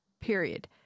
period